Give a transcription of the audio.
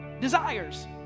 desires